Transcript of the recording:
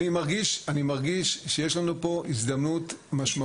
אני מרגיש שיש לנו פה הזדמנות משמעותית,